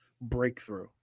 breakthrough